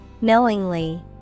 Knowingly